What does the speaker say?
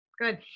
Good